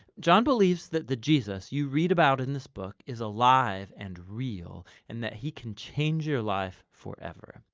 john believes that the jesus you read about in this book is alive and real, and that he can change your life forever.